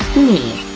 me